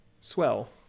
Swell